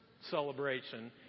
celebration